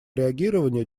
реагирования